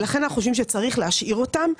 לכן אנחנו חושבים שצריך להשאיר אותם.